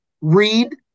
read